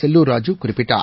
செல்லூர் ராஜ்ட் குறிப்பிட்டார்